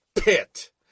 pit